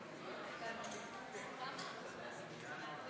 היא לא על הפרשיות שאנחנו עדים ועדות להן חדשות לבקרים,